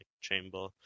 Chamber